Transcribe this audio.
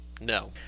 No